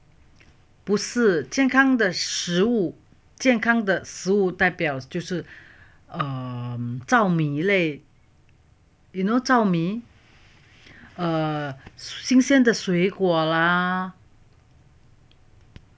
不是健康的食物健康的食物代表就是糙米类 you know 糙米 err 新鲜的水果啦